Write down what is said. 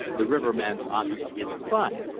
the riverman's object is fun,